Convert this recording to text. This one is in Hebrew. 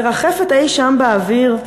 מרחפת אי-שם באוויר,